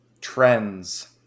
trends